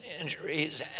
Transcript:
injuries